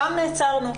שם נעצרנו.